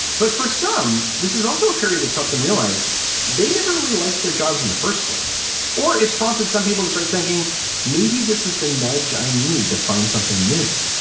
but for some, this is also a period that's helped them realize they never really liked their jobs in the first place or it's prompted some people to start thinking maybe this is the nudge i need to find something new.